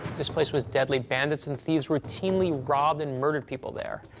this place was deadly. bandits and thieves routinely robbed and murdered people there.